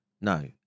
No